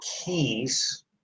keys